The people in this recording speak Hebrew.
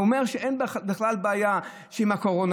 ואומר שאין בכלל בעיה עם הקורונה,